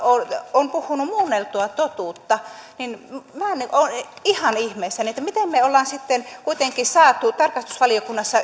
on puhunut muunneltua totuutta niin minä olen ihan ihmeissäni miten me olemme sitten kuitenkin saaneet tarkastusvaliokunnassa